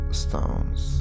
stones